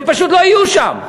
הם פשוט לא יהיו שם,